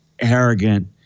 arrogant